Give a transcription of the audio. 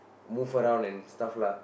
move around and stuff lah